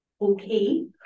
okay